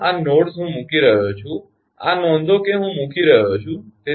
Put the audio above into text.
ફક્ત આ નોડ્સ હું મૂકી રહ્યો છું આ નોંધો કે હું મૂકી રહ્યો છું